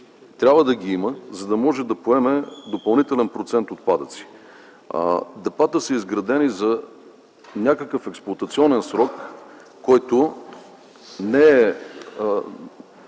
трябва да ги има, за да може да поеме допълнителен процент отпадъци. Депата са изградени за някакъв експлоатационен срок. Вкарвайки нови